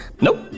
Nope